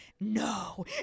No